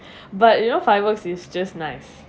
but you know fireworks is just nice